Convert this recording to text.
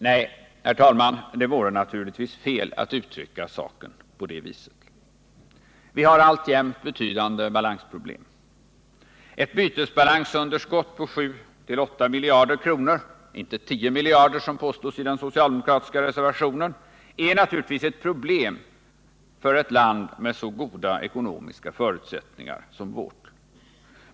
Nej, herr talman, det vore naturligtvis fel att uttrycka saken på det viset. Vi har alltjämt betydande balansproblem. Ett bytesbalansunderskott på 7-8 miljarder kronor —- inte 10 miljarder som påstås i den socialdemokratiska reservationen — är naturligtvis ett problem för ett land med så goda ekonomiska förutsättningar som vårt.